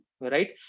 right